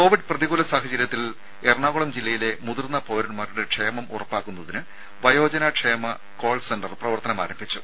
Covid പ്രതികൂല സാഹചര്യത്തിൽ എറണാകുളം ജില്ലയിലെ മുതിർന്ന പൌരന്മാരുടെ ക്ഷേമം ഉറപ്പാക്കുന്നതിന് വയോജന ക്ഷേമ കോൾ സെന്റർ പ്രവർത്തനം ആരംഭിച്ചു